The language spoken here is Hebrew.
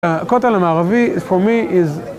הכותל המערבי, for me, is...